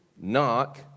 Knock